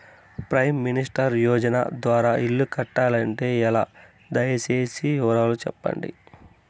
Prime minister Yojana ద్వారా ఇల్లు కావాలంటే ఎలా? దయ సేసి వివరాలు సెప్పండి?